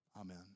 Amen